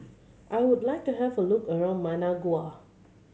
I would like to have a look around Managua